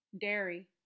dairy